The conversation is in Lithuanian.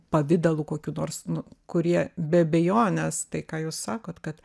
pavidalu kokiu nors nu kurie be abejonės tai ką jūs sakot kad